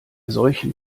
solchen